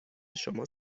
شما